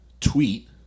tweet